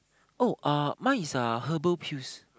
oh uh mine is uh herbal pills